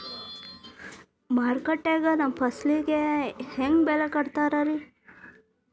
ಮಾರುಕಟ್ಟೆ ಗ ನಮ್ಮ ಫಸಲಿಗೆ ಹೆಂಗ್ ಬೆಲೆ ಕಟ್ಟುತ್ತಾರ ರಿ?